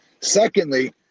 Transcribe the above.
Secondly